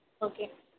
okay